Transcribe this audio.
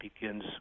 begins